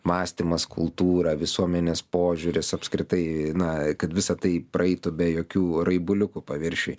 mąstymas kultūra visuomenės požiūris apskritai na kad visa tai praeitų be jokių raibuliukų paviršiuj